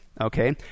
Okay